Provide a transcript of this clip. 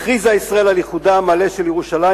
הכריזה ישראל על איחודה המלא של ירושלים